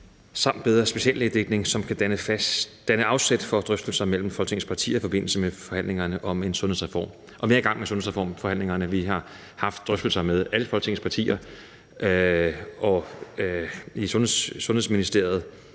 samt bedre speciallægedækning, som kan danne afsæt for drøftelser mellem Folketingets partier i forbindelse med forhandlingerne om en sundhedsreform«. Vi er i gang med forhandlingerne om sundhedsreformen. Vi har haft drøftelser med alle Folketingets partier i Sundhedsministeriet,